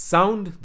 Sound